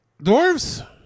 Dwarves